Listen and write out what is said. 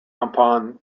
upon